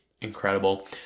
incredible